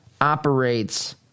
operates